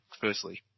firstly